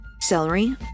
celery